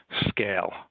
scale